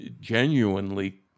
genuinely